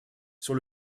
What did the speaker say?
sur